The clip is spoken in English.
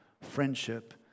friendship